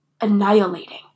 annihilating